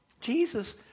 Jesus